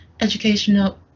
educational